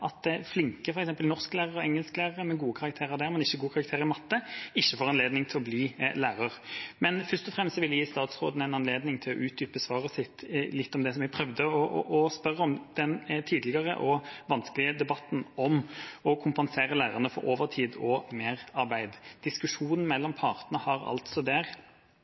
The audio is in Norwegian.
at flinke norsklærere og engelsklærere, med gode karakterer der, men ikke gode karakterer i matte, ikke får anledning til å bli lærer. Men først og fremst vil jeg gi statsråden en anledning til å utdype svaret sitt på det jeg prøvde å spørre om: den tidligere – og vanskelige – debatten om å kompensere lærerne for overtid og merarbeid. Diskusjonen mellom partene har altså